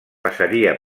passaria